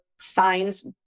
signs